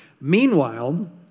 meanwhile